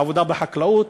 לעבודה בחקלאות,